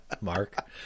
Mark